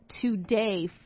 today